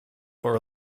for